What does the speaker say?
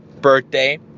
birthday